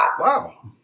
Wow